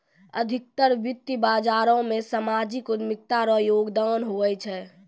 अधिकतर वित्त बाजारो मे सामाजिक उद्यमिता रो योगदान हुवै छै